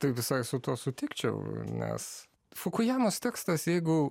tai visai su tuo sutikčiau nes fukujamos tekstas jeigu